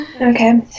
Okay